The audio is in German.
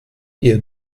ihr